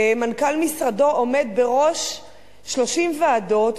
מנכ"ל משרדו עומד בראש 30 ועדות,